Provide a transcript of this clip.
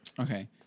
okay